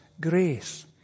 grace